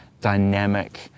dynamic